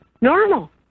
normal